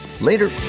Later